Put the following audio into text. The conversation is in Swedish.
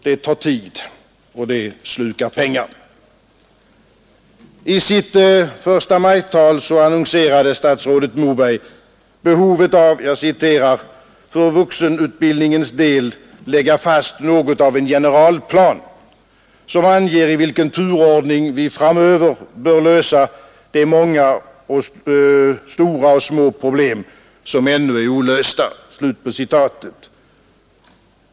Det tar tid, och det slukar pengar. I sitt förstamajtal annonserade statsrådet Moberg ”behovet av att för vuxenutbildningens del lägga fast något av en generalplan, som anger i vilken turordning vi framöver bör lösa de många stora och små problem som ännu är olösta”.